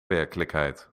werkelijkheid